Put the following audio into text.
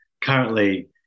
currently